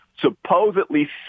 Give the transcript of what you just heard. supposedly